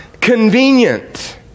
convenient